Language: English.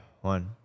one